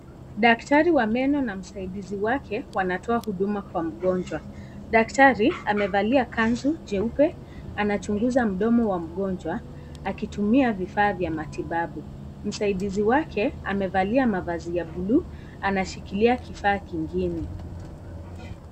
Daktari wa meno na msaidizi wake wanatoa huduma kwa mgonjwa, daktari amevalia kanzu nyeupe anachunguza mdomo wa mgonjwa akitumia vifaa vya matibabu, msaidizi wake amevalia mavazi ya bulu anashikilia kifaa kengine.